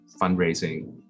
fundraising